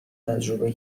تجربه